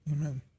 Amen